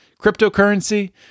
cryptocurrency